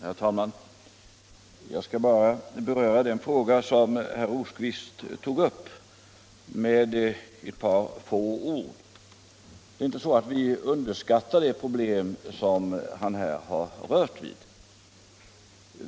Herr talman! Jag skall bara med några få ord beröra den fråga som herr Rosqvist tog upp. Det är inte så att vi i regeringen underskattar de problem som herr Rosqvist rörde vid.